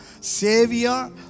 Savior